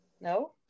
No